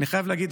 אני חייב להגיד,